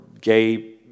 gay